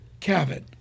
Cavett